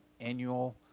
annual